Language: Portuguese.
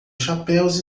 chapéus